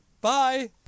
Bye